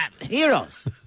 Heroes